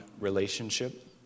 relationship